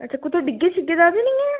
अच्छा कुतै डिग्गे शिग्गे दा ते निं ऐ